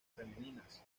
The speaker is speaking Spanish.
femeninas